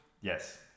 Yes